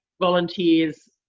volunteers